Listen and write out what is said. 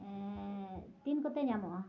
ᱛᱤᱱ ᱠᱚᱛᱮ ᱧᱟᱢᱚᱜᱼᱟ